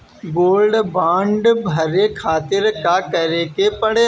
Gold bond भरे खातिर का करेके पड़ेला?